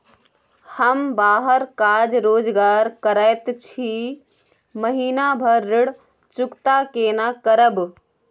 हम बाहर काज रोजगार करैत छी, महीना भर ऋण चुकता केना करब?